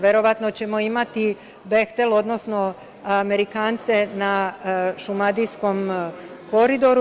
Verovatno ćemo imati „Behtel“, odnosno Amerikance na Šumadijskom koridoru.